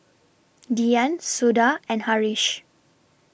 Dhyan Suda and Haresh